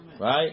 Right